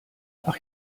ach